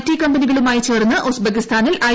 T കമ്പനികളുമായി ചേർന്ന് ഉസ്ബക്കിസ്ഥാനിൽ ഐ